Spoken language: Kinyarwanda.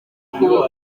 ukuboko